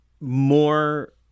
more